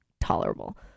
tolerable